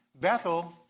Bethel